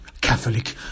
Catholic